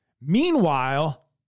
Meanwhile